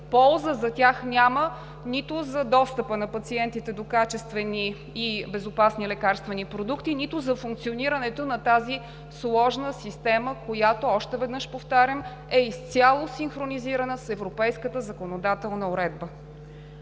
Полза от тях няма – нито за достъпа на пациентите до качествени и безопасни лекарствени продукти, нито за функционирането на тази сложна система, която, още веднъж повтарям, е изцяло синхронизирана с европейската законодателна уредба.